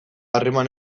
harreman